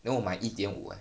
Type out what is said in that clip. then 我买一点五 eh